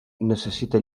necessita